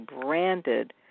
branded